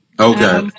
Okay